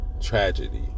tragedy